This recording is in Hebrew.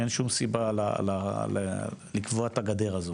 אין שום סיבה לקבוע את הגדר הזאת,